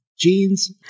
jeans